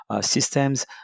systems